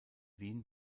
wien